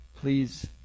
Please